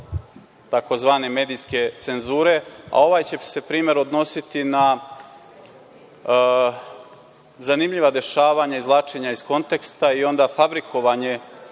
tzv. medijske cenzure, a ovaj će se primer odnositi na zanimljiva dešavanja, izvlačenja iz konteksta i onda fabrikovanje